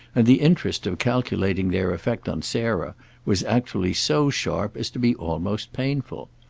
and the interest of calculating their effect on sarah was actually so sharp as to be almost painful.